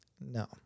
No